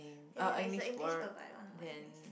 ya ya it's a English word but I don't know what it means